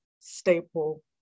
staple